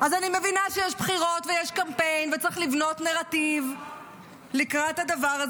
אני מבינה שיש בחירות ויש קמפיין וצריך לבנות נרטיב לקראת הדבר הזה.